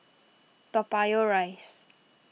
Toa Payoh Rise